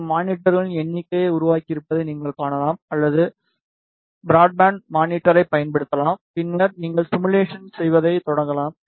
இது மானிட்டர்களின் எண்ணிக்கையை உருவாக்கியிருப்பதை நீங்கள் காணலாம் அல்லது பிராட்பேண்ட் மானிட்டரைப் பயன்படுத்தலாம் பின்னர் நீங்கள் சிமுலேஷன் செய்வதை தொடங்கலாம்